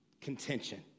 contention